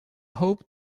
hoped